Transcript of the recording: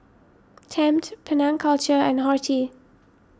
Tempt Penang Culture and Horti